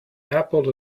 apple